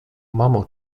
mamo